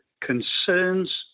concerns